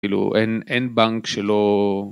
כאילו אין בנק שלא